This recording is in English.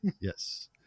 Yes